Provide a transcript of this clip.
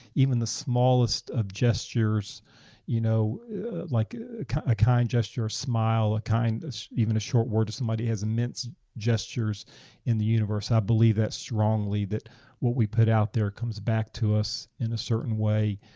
even the smallest of gestures you know like a kind gesture a smile, a kind even a short word to somebody that has immense gestures in the universe. i believe that strongly that what we put out there comes back to us in a certain way,